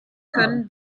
können